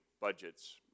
Budgets